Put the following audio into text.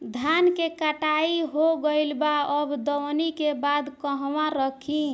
धान के कटाई हो गइल बा अब दवनि के बाद कहवा रखी?